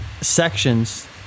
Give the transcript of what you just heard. sections